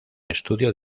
estudio